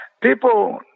people